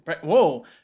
whoa